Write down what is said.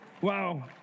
wow